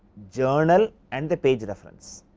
journal and the page reference.